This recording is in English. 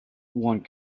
one